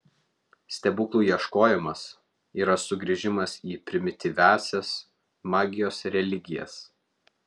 stebuklų ieškojimas yra sugrįžimas į primityviąsias magijos religijas